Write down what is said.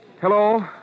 Hello